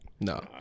No